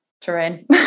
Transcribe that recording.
terrain